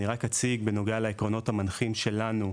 רק אציג בנוגע לעקרונות המנחים שלנו,